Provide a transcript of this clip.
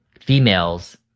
females